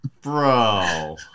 Bro